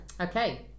Okay